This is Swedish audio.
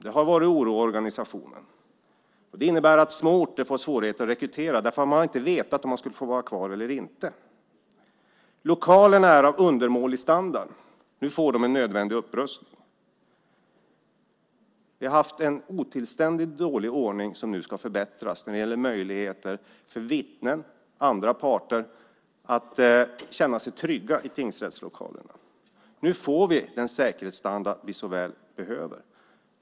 Det har varit oro i organisationen. Det innebär att små orter har fått svårigheter att rekrytera därför att man inte har vetat om man skulle få vara kvar eller inte. Lokalerna är av undermålig standard. Nu får de en nödvändig upprustning. Vi har haft en otillständigt dålig ordning, som nu ska förbättras, när det gäller möjligheter för vittnen och andra parter att känna sig trygga i tingsrättslokalerna. Nu får vi den säkerhetsstandard vi så väl behöver.